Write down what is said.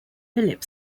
philip